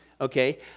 okay